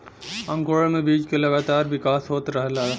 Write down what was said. अंकुरण में बीज क लगातार विकास होत रहला